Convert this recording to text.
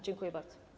Dziękuję bardzo.